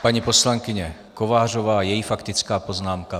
Paní poslankyně Kovářová, její faktická poznámka.